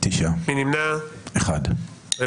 9 נמנעים, 1 לא אושרה.